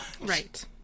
Right